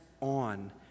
on